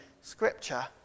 scripture